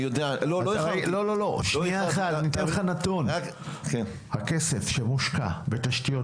אני רוצה לתת לך נתון: הכסף שמושקע בתשתיות